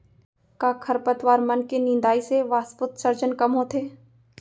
का खरपतवार मन के निंदाई से वाष्पोत्सर्जन कम होथे?